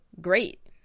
great